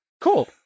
Cool